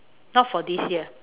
not for this year